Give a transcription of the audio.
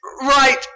right